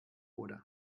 oder